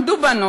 הבנות למדו,